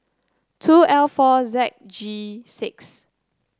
two L four Z G six